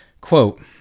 Quote